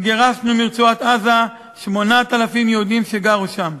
גירשנו מרצועת-עזה 8,000 יהודים שגרו שם.